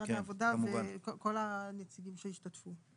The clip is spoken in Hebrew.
משרד העבודה וכל הנציגים שהשתתפו.